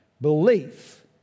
Belief